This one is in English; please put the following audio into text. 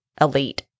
elite